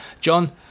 John